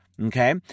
Okay